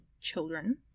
children